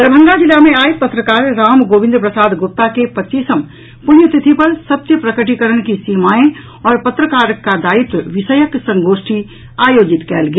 दरभंगा जिला मे आई पत्रकार राम गोविंद प्रसाद गुप्ता के पच्चीसम पुण्यतिथि पर सत्य प्रकटीकरण की सीमाएं और पत्रकार का दायित्व विषयक संगोष्ठी आयोजित कयल गेल